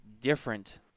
different